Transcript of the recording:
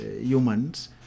humans